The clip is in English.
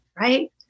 right